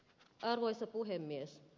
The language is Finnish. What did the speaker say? arvoisa puhemies